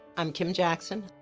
i'm kim jackson.